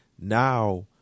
now